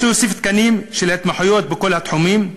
יש להוסיף תקנים של התמחויות בכל התחומים,